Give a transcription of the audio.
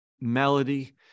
melody